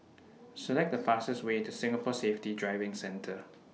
Select The fastest Way to Singapore Safety Driving Centre